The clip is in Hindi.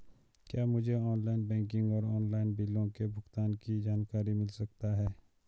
क्या मुझे ऑनलाइन बैंकिंग और ऑनलाइन बिलों के भुगतान की जानकारी मिल सकता है?